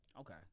Okay